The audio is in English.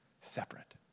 separate